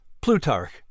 Plutarch